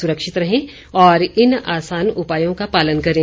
सुरक्षित रहें और इन आसान उपायों का पालन करें